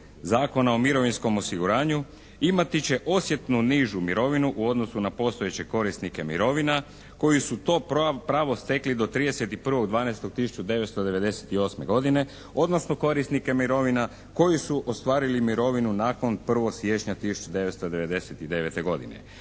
Zakona o mirovinskom osiguranju imati će osjetno nižu mirovinu u odnosu na postojeće korisnike mirovina koji su to pravo stekli do 31.12.1998. godine odnosno korisnike mirovina koji su ostvarili mirovinu nakon 1. siječnja 1999. godine,